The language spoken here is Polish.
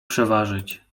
przeważyć